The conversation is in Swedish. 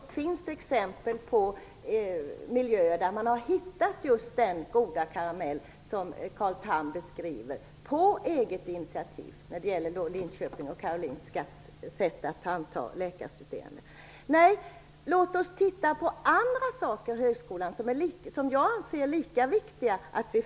Herr talman! Det finns exempel på miljöer där man på eget initiativ har hittat just den goda karamell som Carl Tham beskriver. Det gäller Linköpings och Låt oss titta på andra saker i högskolan som jag anser lika viktiga att följa.